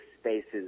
spaces